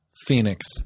Phoenix